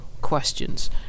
questions